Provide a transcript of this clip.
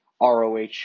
ROH